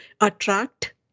attract